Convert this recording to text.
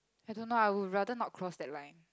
I don't know I would rather not cross that line